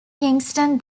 kingston